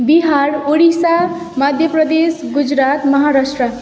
Bihar Odisha Madhya Pradesh Gujarat Maharashtra